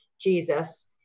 Jesus